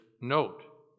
note